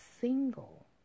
single